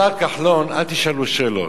השר כחלון, אל תשאלו שאלות.